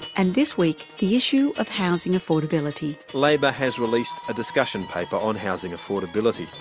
and this week the issue of housing affordability. labor has released a discussion paper on housing affordability.